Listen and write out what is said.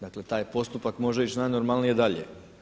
Dakle taj postupak može ići najnormalnije dalje.